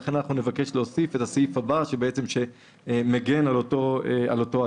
לכן נבקש להוסיף את הסעיף הבא שמגן על אותו אדם,